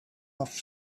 off